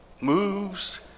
moves